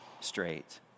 straight